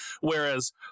whereas